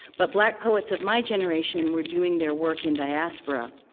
but black poets of my generation were doing their work in diaspora.